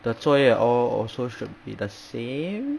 的作业 all also should be the same